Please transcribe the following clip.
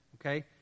okay